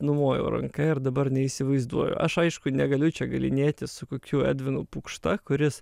numojau ranka ir dabar neįsivaizduoju aš aišku negaliu čia galynėtis su kokiu edvinu pukšta kuris